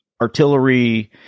artillery